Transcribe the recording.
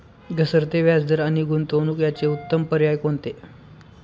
घसरते व्याजदर आणि गुंतवणूक याचे उत्तम पर्याय कोणते?